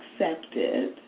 accepted